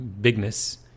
bigness